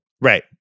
Right